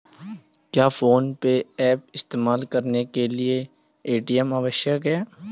क्या PhonePe app ऐप इस्तेमाल करने के लिए ए.टी.एम आवश्यक है?